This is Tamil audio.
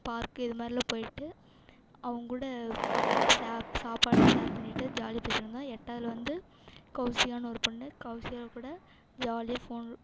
பார்க்கு இது மாதிரிலாம் போயிட்டு அவங்கூட சேப் சாப்பாடுலாம் ஷேர் பண்ணிட்டு ஜாலியாக பேசிட்டுருந்தோம் எட்டாவதுல வந்து கௌசிகான்னு ஒரு பொண்ணு கௌசிகா கூட ஜாலியாக ஃபோன்